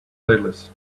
playlist